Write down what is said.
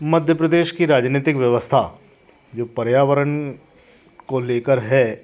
मध्य प्रदेश की राजनीतिक व्यवस्था जो पर्यावरण को लेकर है